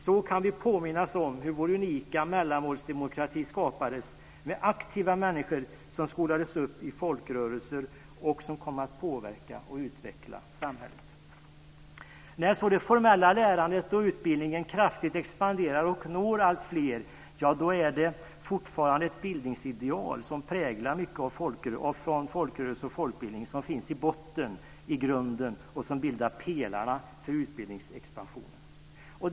Så kan vi påminnas om hur vår unika s.k. mellanmålsdemokrati skapades med aktiva människor som skolades i folkrörelser och som kom att påverka och utveckla samhället. När så det formella lärandet och utbildningen kraftigt expanderar och når alltfler är det fortfarande ett bildningsideal som präglas mycket av folkrörelse och folkbildning. Detta finns i grunden och bildar pelare för utbildningsexpansionen.